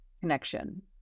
connection